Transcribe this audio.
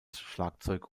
schlagzeug